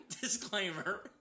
Disclaimer